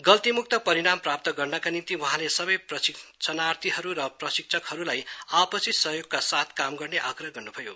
गल्ती श्रू परिणाम प्राप्त गर्नका निम्ति वहाँले सबै प्रशिक्षणार्थी र प्रशिक्षकहरूलाई आपसी सहयोगका साथ काम गर्ने आग्रह गर्न्भयो